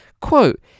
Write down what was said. Quote